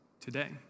today